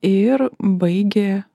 ir baigė